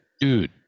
dude